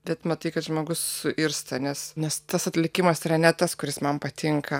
bet matai kad žmogus suirzta nes nes tas atlikimas yra ne tas kuris man patinka